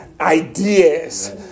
ideas